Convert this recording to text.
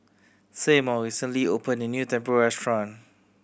Seymour recently opened a new Tempura restaurant